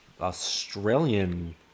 Australian